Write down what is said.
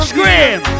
Scream